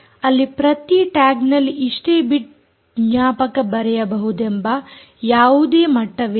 ಅಲ್ಲಿ ಪ್ರತಿ ಟ್ಯಾಗ್ನಲ್ಲಿ ಇಷ್ಟೇ ಬಿಟ್ ಜ್ಞಾಪಕ ಬರೆಯಬಹುದೆಂಬ ಯಾವುದೇ ಮಟ್ಟವಿಲ್ಲ